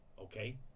okay